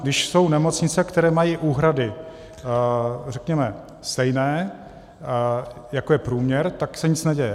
Když jsou nemocnice, které mají úhrady řekněme stejné, jako je průměr, tak se nic neděje.